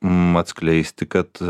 mat skleisti kad